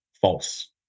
false